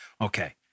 Okay